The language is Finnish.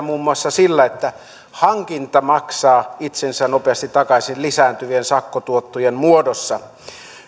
muun muassa sillä että hankinta maksaa itsensä nopeasti takaisin lisääntyvien sakkotuottojen muodossa